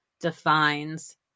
defines